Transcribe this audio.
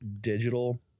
digital